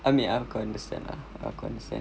I mean aku understand lah aku understand